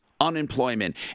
unemployment